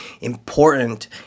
important